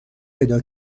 پیدا